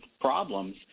problems